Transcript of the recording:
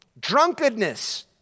drunkenness